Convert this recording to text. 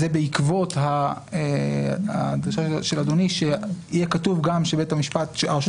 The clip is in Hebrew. וזה בעקבות הדרישה של אדוני שיהיה כתוב שהרשות